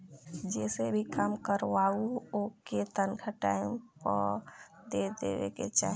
जेसे भी काम करवावअ ओकर तनखा टाइम पअ दे देवे के चाही